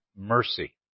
mercy